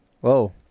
Whoa